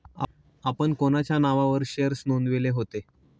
आपण कोणाच्या नावावर शेअर्स नोंदविले होते?